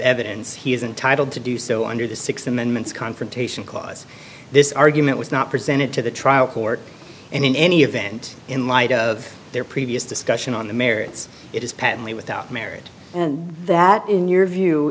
evidence he is entitled to do so under the th amendments confrontation clause this argument was not presented to the trial court and in any event in light of their previous discussion on the merits it is patently without merit and that in your view